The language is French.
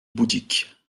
bouddhique